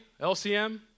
LCM